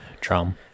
drum